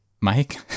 Mike